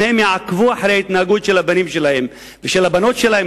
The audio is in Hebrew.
לעקוב אחרי ההתנהגות של הבנים שלהם ושל הבנות שלהם,